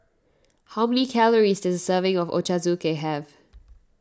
how many calories does a serving of Ochazuke have